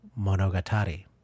Monogatari